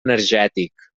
energètic